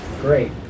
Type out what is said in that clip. great